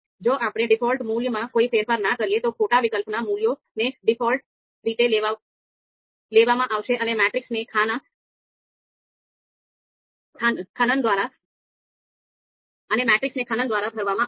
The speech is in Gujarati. જો આપણે ડિફૉલ્ટ મૂલ્યમાં કોઈ ફેરફાર ન કરીએ તો ખોટા વિકલ્પના મૂલ્યને ડિફૉલ્ટ રીતે લેવામાં આવશે અને મેટ્રિક્સને ખાનન દ્વારા ભરવામાં આવશે